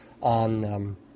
on